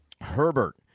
Herbert